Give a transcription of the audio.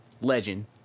legend